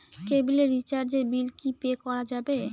কেবিলের রিচার্জের বিল কি পে করা যাবে?